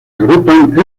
agrupan